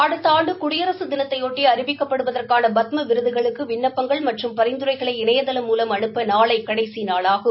அடுத்த ஆண்டு குடியரசு தினத்தையொட்டி அறிவிக்கப்படுவதற்கான பத்ம விருதுகளுக்கு விண்ணப்பங்கள் மற்றும் பரிந்துரைகளை இணையதளம் மூலம் அனுப்ப நாளை கடைசி நாளாகும்